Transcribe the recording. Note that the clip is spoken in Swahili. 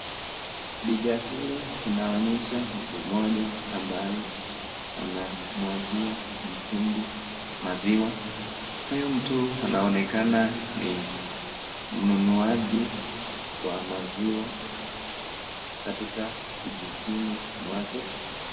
Picha hili inaonesha mtu moja ambaye anamwagia mtungi maziwa. Huyu mtu anaonekana ni mnunuaji wa maziwa katika kijijini kwake.